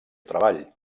treball